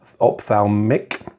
ophthalmic